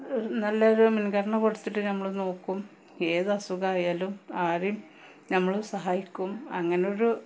നല്ലൊരു മുൻഗണന കൊടുത്തിട്ട് നമ്മള് നോക്കും ഏതസുഖമായാലും ആരെയും നമ്മള് സഹായിക്കും അങ്ങനൊരു